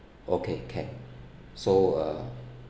okay can so uh